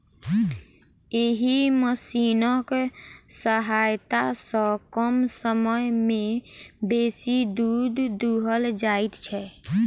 एहि मशीनक सहायता सॅ कम समय मे बेसी दूध दूहल जाइत छै